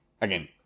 again